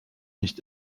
nicht